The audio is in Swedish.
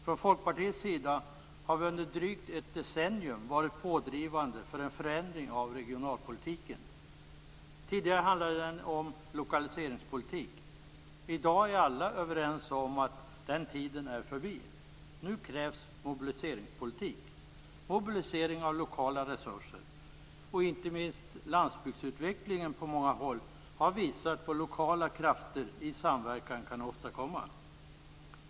Från Folkpartiets sida har vi under drygt ett decennium varit pådrivande för en förändring av regionalpolitiken. Tidigare handlade den om lokaliseringspolitik. I dag är alla överens om att den tiden är förbi. Nu krävs mobiliseringspolitik, en politik för mobilisering av lokala resurser. Inte minst har landsbygdsutvecklingen på många håll visat vad lokala krafter, i samverkan, kan åstadkomma.